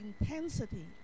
intensity